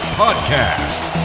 podcast